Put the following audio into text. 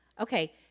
Okay